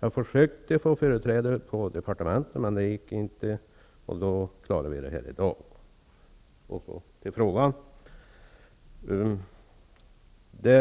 Jag försökte att nå företrädare för departementet men lyckades inte. Därför får vi klara av saken i dag.